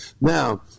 Now